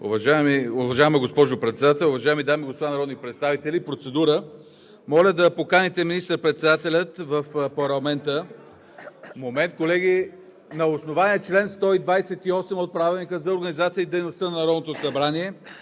Уважаема госпожо Председател, уважаеми дами и господа народни представители! Процедура – моля да поканите министър-председателя в парламента… (Шум в ГЕРБ.) Момент, колеги! На основание чл. 128 от Правилника за организацията и дейността на Народното събрание,